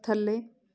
ਥੱਲੇ